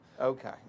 Okay